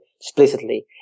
explicitly